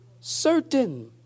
certain